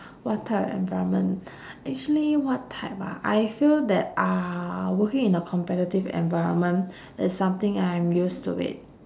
what type of environment actually what type ah I feel that uh working in a competitive environment is something I'm used to it